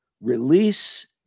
Release